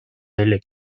элек